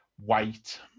weight